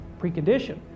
precondition